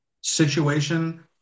situation